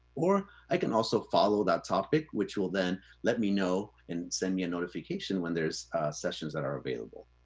or i can also follow that topic, which will then let me know and send me a notification when there's sessions that are available.